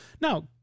Now